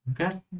Okay